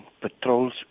patrols